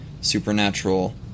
supernatural